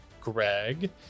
Greg